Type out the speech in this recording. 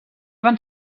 van